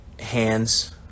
hands